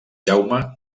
jaume